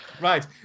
Right